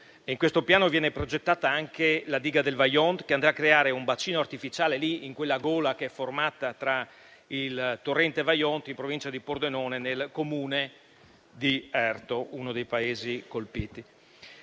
In questo piano viene progettata anche la diga del Vajont, che andrà a creare un bacino artificiale lì in quella gola, che è formata tra il torrente Vajont in provincia di Pordenone nel Comune di Erto, uno dei paesi colpiti.